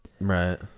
right